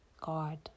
God